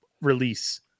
release